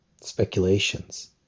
speculations